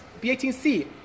B18C